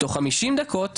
תוך 50 דקות,